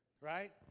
Right